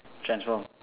transform